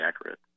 accurate